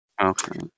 Okay